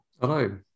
Hello